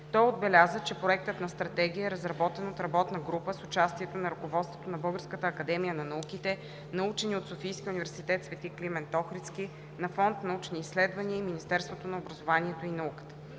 Той отбеляза, че Проектът на Стратегия е разработен от работна група с участието на ръководството на Българската академия на науките, на учени от Софийския университет „Св. Климент Охридски“, на Фонд „Научни изследвания“ и Министерството на образованието и науката.